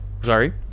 Sorry